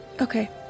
Okay